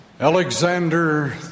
Alexander